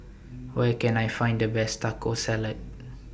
Where Can I Find The Best Taco Salad